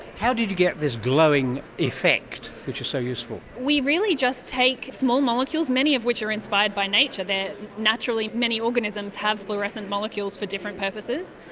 how did you get this glowing effect which is so useful? we really just take small molecules, many of which are inspired by nature, naturally many organisms have fluorescent molecules for different purposes,